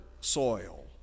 soil